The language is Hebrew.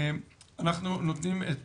אנחנו נותנים את